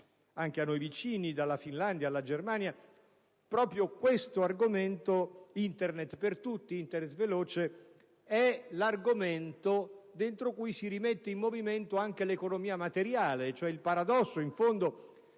anche a noi vicini, dalla Finlandia alla Germania, l'argomento «Internet per tutti», Internet veloce, è quello dentro cui si rimette in movimento anche l'economia materiale. Il paradosso, in fondo,